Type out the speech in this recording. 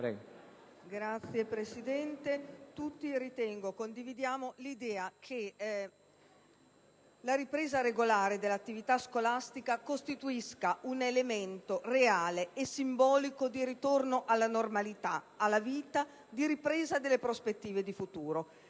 Signor Presidente, tutti - ritengo - condividiamo l'idea che la ripresa regolare dell'attività scolastica costituisca un elemento reale e simbolico di ritorno alla normalità, alla vita, e di ripresa delle prospettive di un futuro.